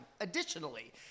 Additionally